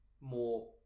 more